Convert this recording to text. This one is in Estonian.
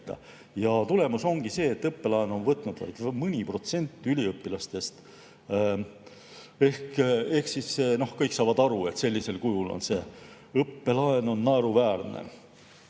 Tulemus ongi see, et õppelaenu on võtnud vaid mõni protsent üliõpilastest. Ehk siis kõik saavad aru, et sellisel kujul on see õppelaen naeruväärne.